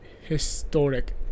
historic